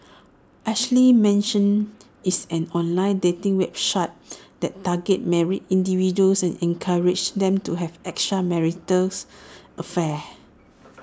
Ashley Madison is an online dating website that targets married individuals and encourages them to have extramarital affairs